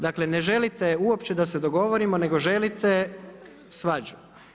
Dakle, ne želite uopće da se dogovorimo nego želite svađu.